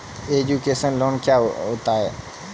Education loan क्या होता है?